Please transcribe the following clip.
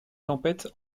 tempête